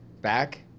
back